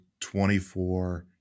24